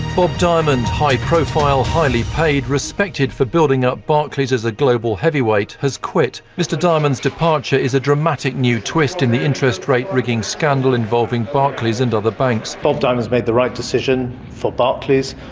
bob diamond high profile, highly paid, respected for building up barclays as a global heavyweight, has quit. mr diamond's departure is a dramatic new twist in the interest rate rigging scandal involving barclays and other banks. bob diamond has made the right decision for barclays,